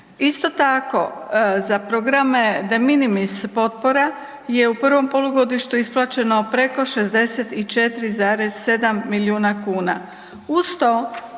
Isto tako za programe de minimis potpora je u prvom polugodištu isplaćeno preko 64,7 milijuna kuna.